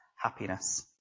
happiness